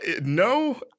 no